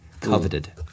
Coveted